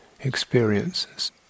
experiences